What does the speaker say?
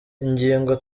ingingo